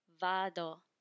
Vado